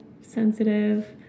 Sensitive